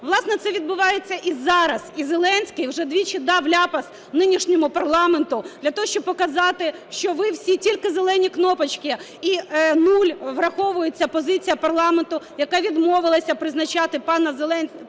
Власне, це відбувається і зараз. І Зеленський вже двічі дав ляпас нинішньому парламенту для того, щоб показати, що ви всі тільки "зелені кнопочки", і нуль враховується позиція парламенту, який відмовився призначати пана Вітренка